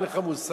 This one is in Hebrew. אין לך מושג,